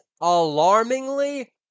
alarmingly